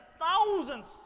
thousands